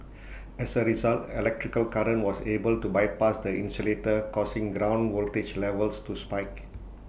as A result electrical current was able to bypass the insulator causing ground voltage levels to spike